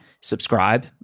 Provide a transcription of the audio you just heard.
subscribe